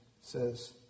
says